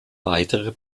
weitere